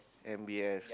M B S